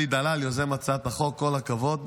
אלי דלל, יוזם הצעת החוק, כל הכבוד.